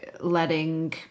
letting